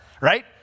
Right